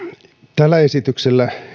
tällä esityksellä